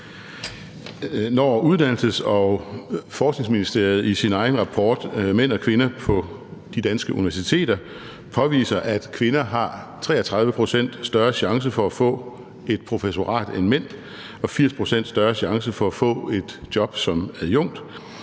Når Uddannelses- og Forskningsministeriet i sin egen rapport »Mænd og kvinder på de danske universiteter« påviser, at kvinder har 33 pct. større chance for få et professorat end mænd og 80 pct. større chance for at få et job som adjunkt,